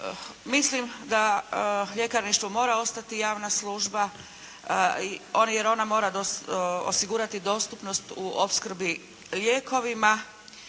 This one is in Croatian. mislim da ljekarništvo mora ostati javna služba, jer ona mora osigurati dostupnost u opskrbi lijekovima,